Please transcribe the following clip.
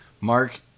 mark